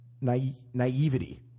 naivety